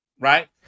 Right